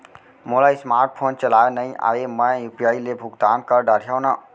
मोला smart phone चलाए नई आए मैं यू.पी.आई ले भुगतान कर डरिहंव न?